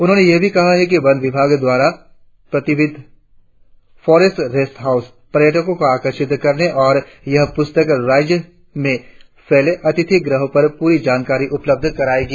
उन्होंने यह भी कहा कि वन विभाग द्वारा प्रबंधित फरेस्ट रेस्ट हाउस पर्यटको को आकर्षित करने और यह पुस्तक राज्य में फैले अतिथि घरों पर पूरी जानकारी उपलब्ध कराएगी